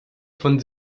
von